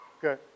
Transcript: Good